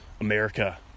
America